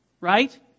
right